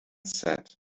set